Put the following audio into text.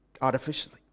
artificially